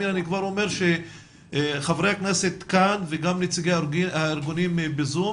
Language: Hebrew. אני כבר אומר שחברי הכנסת וגם נציגי הארגונים ב-זום,